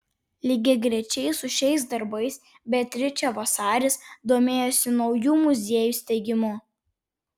lygiagrečiai su šiais darbais beatričė vasaris domėjosi naujų muziejų steigimu